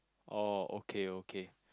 oh okay okay